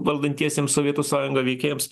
valdantiesiems sovietų sąjunga veikėjams